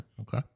Okay